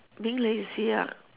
being lazy ah